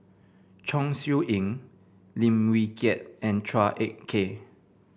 Chong Siew Ying Lim Wee Kiak and Chua Ek Kay